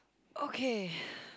okay